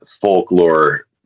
folklore